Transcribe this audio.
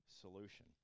solution